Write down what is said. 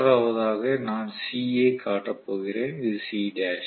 மூன்றாவதாக நான் C ஐ காட்டப் போகிறேன் இது C '